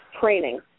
training